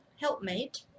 helpmate